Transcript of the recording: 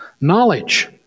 Knowledge